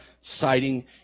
citing